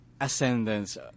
Ascendance